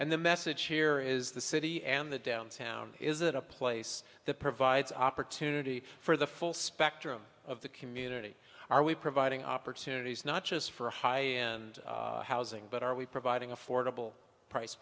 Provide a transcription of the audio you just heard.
and the message here is the city and the downtown is a place that provides opportunity for the full spectrum of the community are we providing opportunities not just for high end housing but are we providing affordable price